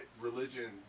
religion